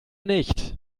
nicht